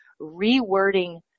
rewording